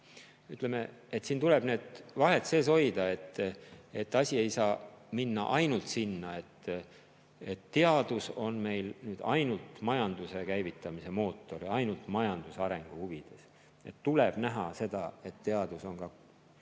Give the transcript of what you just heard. ütleme, need vahed sees hoida. Asi ei saa minna sinnani, et teadus on meil ainult majanduse käivitamise mootor ja ainult majanduse arengu huvides. Tuleb näha seda, et teadus on ka